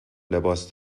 لباس